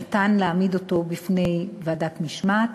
ניתן להעמיד אותו בפני ועדת משמעת